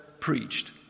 preached